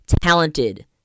talented